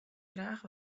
graach